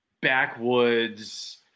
backwoods